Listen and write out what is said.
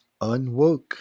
unwoke